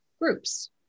groups